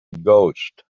ghost